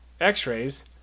x-rays